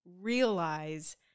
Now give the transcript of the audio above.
realize